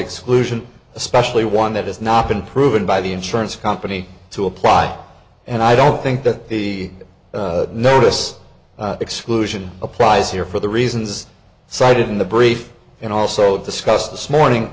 exclusion especially one that has not been proven by the insurance company to apply and i don't think that the notice exclusion applies here for the reasons cited in the brief and also discussed this morning